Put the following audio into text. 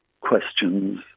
questions